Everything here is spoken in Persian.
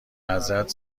ازت